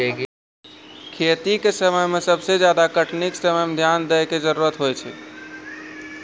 खेती के काम में सबसे ज्यादा कटनी के समय ध्यान दैय कॅ जरूरत होय छै